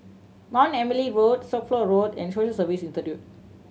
Mount Emily Road Suffolk Road and Social Service Institute